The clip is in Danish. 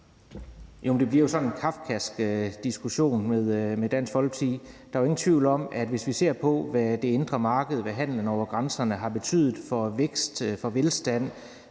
Jamen det bliver jo sådan en kafkask diskussion med Dansk Folkeparti. Der er jo ingen tvivl om, hvis vi ser på, hvad det indre marked og hvad handel over grænserne har betydet for vækst, for velstand